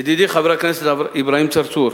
ידידי חבר הכנסת אברהים צרצור,